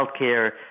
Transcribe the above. healthcare